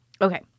Okay